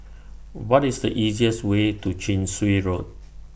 What IS The easiest Way to Chin Swee Road